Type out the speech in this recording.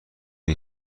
این